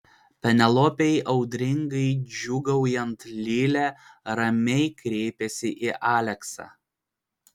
penelopei audringai džiūgaujant lilė ramiai kreipėsi į aleksą